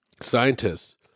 scientists